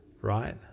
right